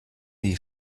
die